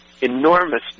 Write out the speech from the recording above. Enormous